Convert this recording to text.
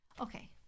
Okay